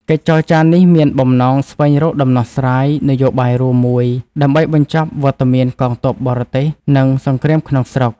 កិច្ចចរចានេះមានបំណងស្វែងរកដំណោះស្រាយនយោបាយរួមមួយ ដើម្បីបញ្ចប់វត្តមានកងទ័ពបរទេស និងសង្គ្រាមក្នុងស្រុក។